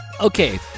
Okay